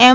એમ